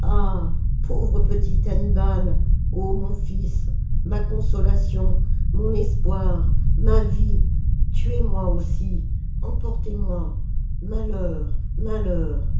ah pauvre petit hannibal oh mon fils ma consolation mon espoir ma vie tuez-moi aussi emportez moi malheur malheur